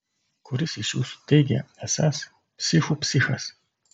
kuris iš jūsų teigia esąs psichų psichas